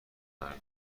مردم